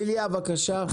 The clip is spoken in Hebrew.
איליה בבקשה.